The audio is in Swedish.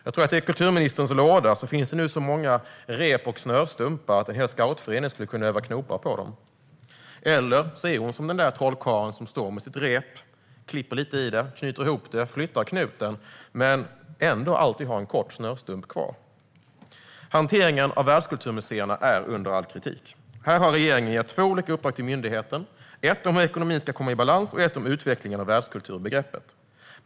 Jag tror att det i kulturministerns låda nu finns så många rep och snörstumpar att en hel scoutförening skulle kunna öva knopar på dem. Eller så är hon som den där trollkarlen som står med sitt rep, klipper lite i det, knyter ihop det och flyttar knuten men ändå alltid har en kort snörstump kvar. Hanteringen av Världskulturmuseerna är under all kritik. Här har regeringen gett två olika uppdrag till myndigheten: ett om hur ekonomin ska komma i balans och ett om utvecklingen av världskulturbegreppet.